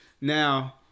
Now